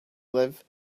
live